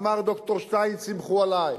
אמר ד"ר שטייניץ: סמכו עלי.